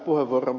tuon ed